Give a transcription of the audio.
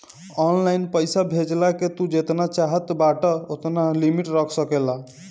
online पईसा भेजला के तू जेतना चाहत बाटअ ओतना लिमिट रख सकेला